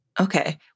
Okay